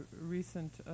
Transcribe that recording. recent